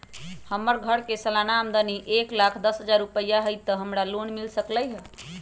हमर घर के सालाना आमदनी एक लाख दस हजार रुपैया हाई त का हमरा लोन मिल सकलई ह?